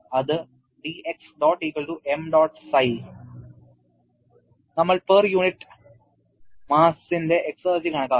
അത് നമ്മൾ per unit മാസിന്റെ എക്സർജി കണക്കാക്കി